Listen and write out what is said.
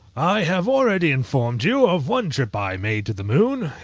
i have already informed you of one trip i made to the moon,